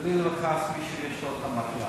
חלילה וחס, מי שיש לו את המחלה